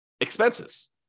expenses